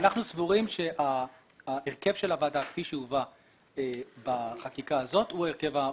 אנחנו סבורים שההרכב של הוועדה כפי שהובא בחקיקה הזאת הוא ההרכב המתאים.